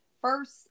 First